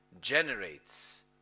generates